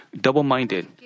double-minded